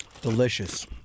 Delicious